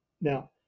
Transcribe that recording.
Now